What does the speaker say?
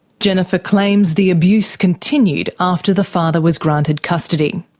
jennifer claims the abuse continued after the father was granted custody.